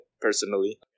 personally